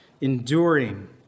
enduring